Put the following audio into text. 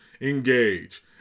engage